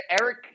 Eric